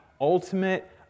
ultimate